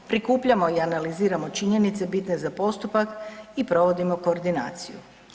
Prikupljamo i analiziramo činjenice bitne za postupak i provodimo koordinaciju.